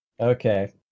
Okay